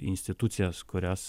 institucijas kurias